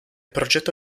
progetto